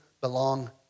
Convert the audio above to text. belong